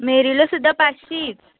मेरिल्यो सुद्दा पांचशींच